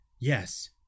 Yes